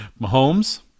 Mahomes